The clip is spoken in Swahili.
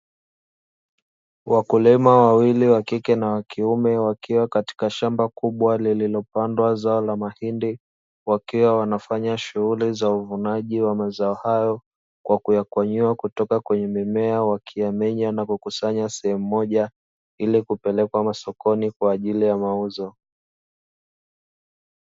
Wakulima wawili wa kike na wa kiume wakiwa katika shamba kubwa lililopandwa zao la mahindi wakiwa wanafanya shughuli za uvunaji wa mazao hayo, kwa kuyakwanyua kutoka kwenye mimea wakiamenya na kukusanya sehemu moja ili kupelekwa masokoni kwa ajili ya mauzo.